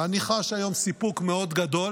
ואני חש היום סיפוק מאוד גדול